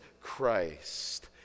Christ